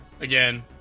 again